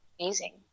amazing